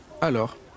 Alors